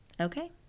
Okay